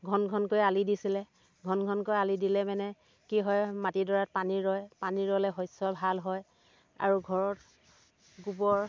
ঘন ঘনকৈ আলি দিছিলে ঘন ঘনকৈ আলি দিলে মানে কি হয় মাটিডৰাত পানী ৰয় পানী ৰ'লে শস্য় ভাল হয় আৰু ঘৰত গোবৰ